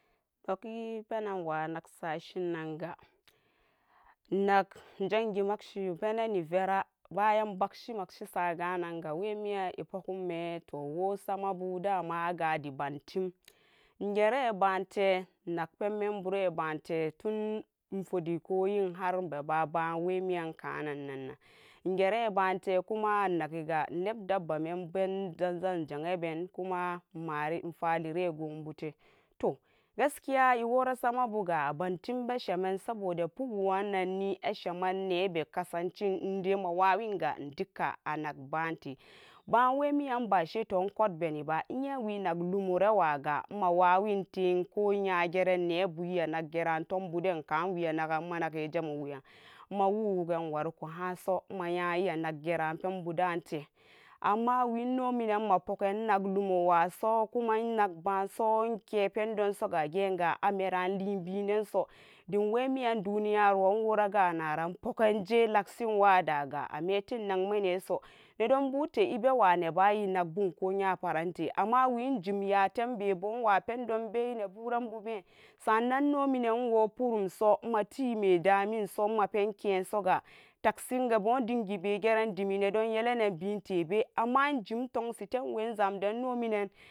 Noki penan nogwa naksashinan ga zangi makshin penovera bayan wemiyan epugume samabu damu agaji bantim ingerebante innak penmmumbure bante funifudi koyin har nmberawe minyan kana in gere banle kuma inna gega nep dabba menbezazzan injanyan be nmmare irari lo gaskiya ashemen nebekasan chin wawinga dika animbate bawemiyaga bashito nkul beba iyen wenak lomowaga immaten konyageran ne bu iyana kgeran tombuden karan we anagan immagai zamuweyan mawu wogan wariko hanso imanya iya nakgeran to mbudate ammawe non mabuken nnan lomowaso wamakbanso bendom songo anle beneso demweman duniyaro ran wora ga naran wuganje lacshin waranaje ga ammetin nagmanan so nedombute ibawa neba ependanan buti ante amma we injimyatem buwapen dom be bunneburan buben sannan inon minan inwopurumso matemadamin so imapenke soga taksaga bundengi begeranne dem nedom yellen bentebe inzande inominan.